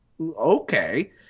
okay